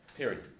Period